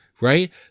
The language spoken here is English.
right